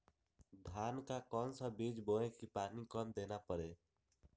धान का कौन सा बीज बोय की पानी कम देना परे?